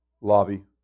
lobby